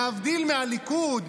להבדיל מהליכוד,